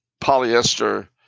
polyester